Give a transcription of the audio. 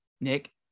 Nick